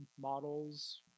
models